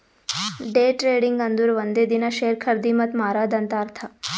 day trading ಅಂದುರ್ ಒಂದೇ ದಿನಾ ಶೇರ್ ಖರ್ದಿ ಮತ್ತ ಮಾರಾದ್ ಅಂತ್ ಅರ್ಥಾ